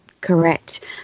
Correct